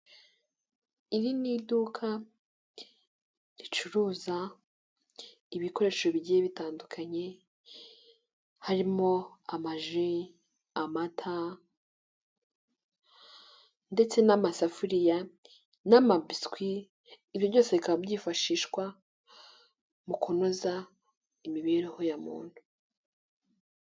Iri ni iduka ricuruza ibikoresho bigiye bitandukanye harimo amaji, amata ndetse n'amasafuriya n'amabiswi ibyo byose bikaba byifashishwa mu kunoza imibereho ya muntu.